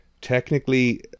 Technically